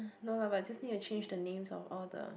no just need to change the names of all the